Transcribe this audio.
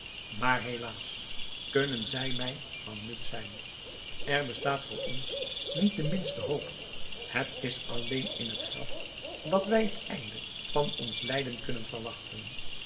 maar helaas kunnen zij mij van nut zijn er bestaat voor ons niet de minste hoop het is alleen in het graf dat wij het einde van ons lijden kunnen verwachten